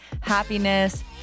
happiness